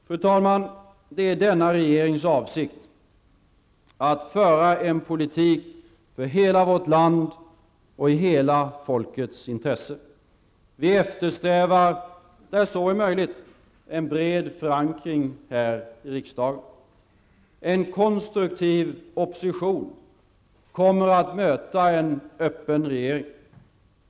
Fru talman! Det är denna regerings avsikt att föra en politik för hela vårt land och i hela folkets intresse. Vi eftersträvar, där så är möjligt, en bred förankring här i riksdagen. En konstruktiv opposition kommer att möta en öppen regering.